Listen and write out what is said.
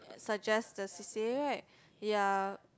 suggest the C_C_A right ya